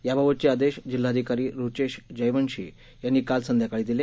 याबाबतचे आदेश जिल्हाधिकारी रुचेश जयवंशी यांनी काल संध्याकाळी दिले